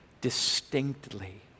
distinctly